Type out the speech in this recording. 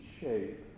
shape